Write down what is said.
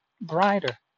brighter